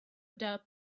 doubt